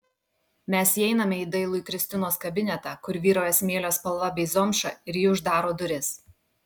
mes įeiname į dailųjį kristinos kabinetą kur vyrauja smėlio spalva bei zomša ir ji uždaro duris